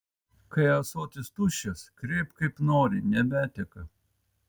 kai ąsotis tuščias kreipk kaip nori nebeteka